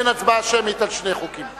אין הצבעה שמית על שני חוקים.